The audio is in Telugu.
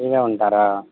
ఫ్రీగా ఉంటారా